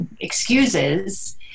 excuses